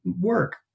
work